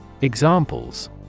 Examples